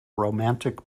romantic